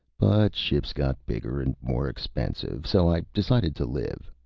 ships got bigger and more expensive. so i decided to live.